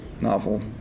novel